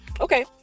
Okay